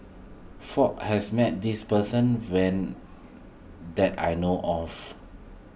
Fook has met this person that I know of